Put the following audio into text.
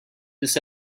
this